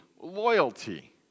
loyalty